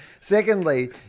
Secondly